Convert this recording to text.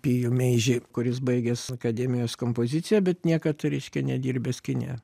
pijų meižį kuris baigęs akademijos kompoziciją bet niekad reiškia nedirbęs kine